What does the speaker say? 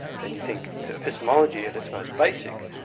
then you think epistemology at its most basic,